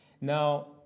Now